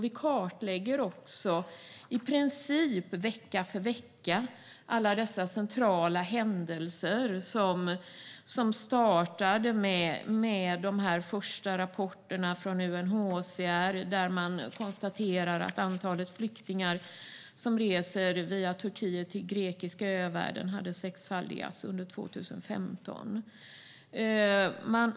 Vi kartlägger också i princip vecka för vecka alla dessa centrala händelser som började med de första rapporterna från UNHCR, där man konstaterade att antalet flyktingar som reser via Turkiet till den grekiska övärlden hade sexfaldigats under 2015.